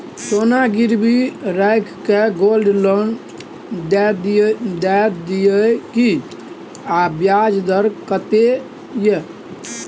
सोना गिरवी रैख के गोल्ड लोन दै छियै की, आ ब्याज दर कत्ते इ?